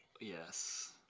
Yes